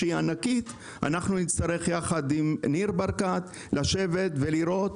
אנחנו נצטרך לשבת יחד עם ניר ברקת ולראות